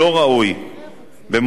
במועצה חשובה כל כך,